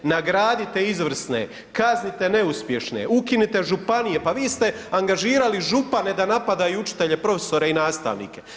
Nagradite izvrsne, kaznite neuspješne, ukinite županije, pa vi ste angažirali župane da napadaju učitelje, profesore i nastavnike.